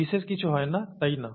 বিশেষ কিছু হয় না তাই না